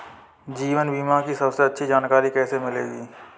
जीवन बीमा की सबसे अच्छी जानकारी कैसे मिलेगी?